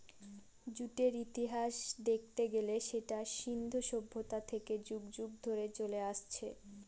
জুটের ইতিহাস দেখতে গেলে সেটা সিন্ধু সভ্যতা থেকে যুগ যুগ ধরে চলে আসছে